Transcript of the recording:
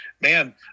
man